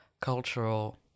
cultural